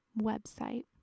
website